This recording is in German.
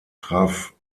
traf